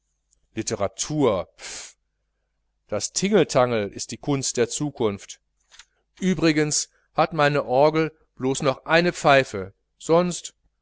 literatur pf das tingeltangel ist die kunst der zukunft übrigens hat meine orgel blos noch eine pfeife sonst